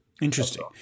Interesting